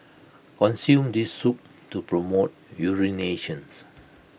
consume this soup to promote urinations